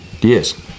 Yes